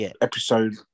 episode